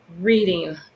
reading